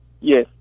Yes